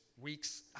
weeks